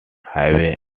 highway